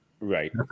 Right